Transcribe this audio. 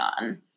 on